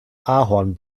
ahorn